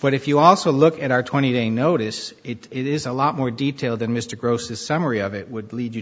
what if you also look at our twenty day notice it is a lot more detail than mr gross a summary of it would lead you